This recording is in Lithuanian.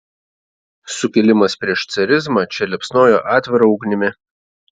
sukilimas prieš carizmą čia liepsnojo atvira ugnimi